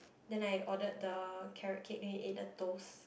then I ordered the carrot cake then we ate the toast